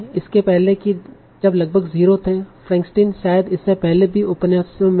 इससे पहले कि जब लगभग जीरो थे फ्रेंकस्टीन शायद इससे पहले भी उपन्यासों में हैं